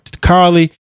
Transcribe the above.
Carly